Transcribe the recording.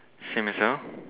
same as well